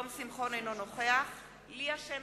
אינו נוכח ליה שמטוב,